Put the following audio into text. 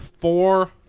four